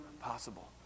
possible